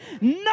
no